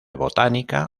botánica